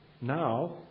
Now